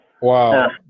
Wow